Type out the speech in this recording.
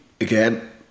again